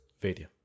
video